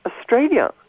Australia